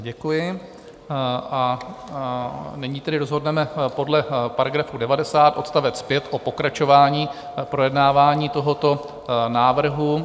Děkuji a nyní rozhodneme podle § 90 odst. 5 o pokračování projednávání tohoto návrhu.